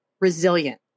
resilient